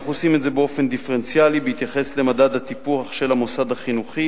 אנחנו עושים את זה באופן דיפרנציאלי בהתייחס למדד הטיפוח של המוסד החינוכי